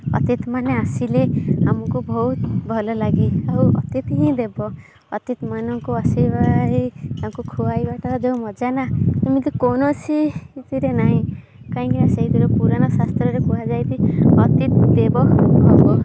ଅତିଥି ମାନେ ଆସିଲେ ଆମକୁ ବହୁତ ଭଲ ଲାଗେ ଆଉ ଅତିଥି ହିଁ ଦେବୋ ଅତିଥି ମାନଙ୍କୁ ଆସିବା ତାଙ୍କୁ ଖୁଆଇବା ଟା ଯେଉଁ ମଜା ନା ଏମିତି କୌଣସି ଥିରେ ନାହିଁ କାହିଁକି ନା ସେଇଥିରେ ପୁରାଣ ଶାସ୍ତ୍ରରେ କୁହାଯାଇଛି ଅତିଥି ଦେବୋ ଭବ